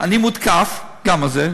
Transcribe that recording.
אני מותקף גם על זה,